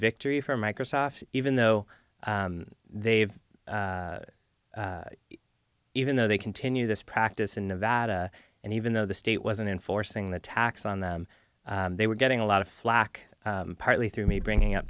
victory for microsoft even though they've even though they continue this practice in nevada and even though the state wasn't enforcing the tax on them they were getting a lot of flack partly through me bringing up